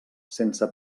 sense